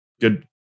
Good